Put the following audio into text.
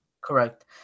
Correct